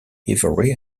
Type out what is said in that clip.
ivory